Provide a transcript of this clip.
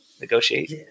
negotiate